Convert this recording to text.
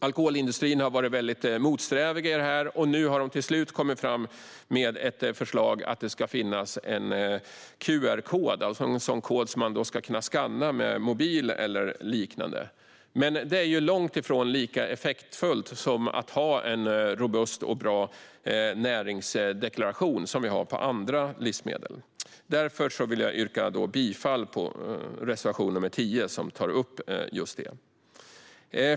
Alkoholindustrin har varit väldigt motsträvig i detta, men nu har de till slut kommit fram till ett förslag om att det ska finnas en QR-kod, som man ska kunna skanna med mobil eller liknande. Men det är ju långt ifrån lika effektfullt som att ha en robust och bra näringsdeklaration som på andra livsmedel. Därför yrkar jag alltså bifall till reservation 10, som tar upp just detta.